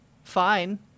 fine